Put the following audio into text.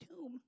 tomb